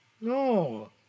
No